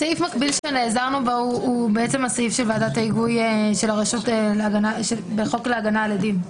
סעיף מקביל שנעזרנו בו הוא הסעיף של ועדת ההיגוי בחוק להגנה על עדים.